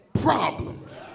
problems